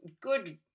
good